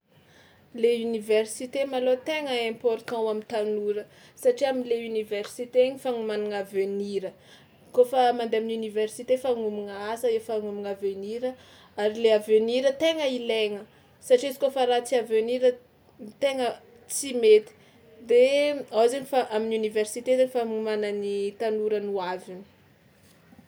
Le université malôha tegna important ho am'tanora satria am'le université igny fanomagnana avenira, kaofa mandeha amin'ny université fa anomagna asa efa anomagna avenira ary le avenira tegna ilaigna satria izy kaofa ratsy avenira n- tena tsy mety de ao zainy fa- amin'ny université zainy fanomanan'ny tanora ny ho aviny.